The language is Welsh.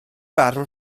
barn